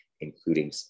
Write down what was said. including